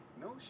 No